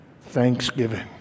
thanksgiving